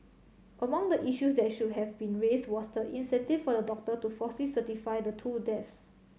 among the issues that should have been raised was the incentive for the doctor to falsely certify the two deaths